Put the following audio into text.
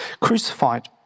crucified